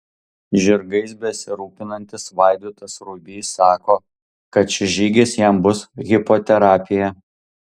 žirgais besirūpinantis vaidotas ruibys sako kad šis žygis jam bus hipoterapija